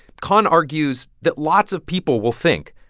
khan argues that lots of people will think,